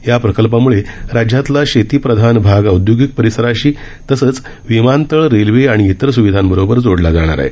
या प्रकल्पामुळे राज्यातला शेतीप्रधान भाग औदयोगिक परिसराशी तसंच विमानतळ रेल्वे आणि इतर सुविधांबरोबर जोडला जाणार आहे